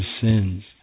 sins